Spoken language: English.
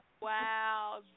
Wow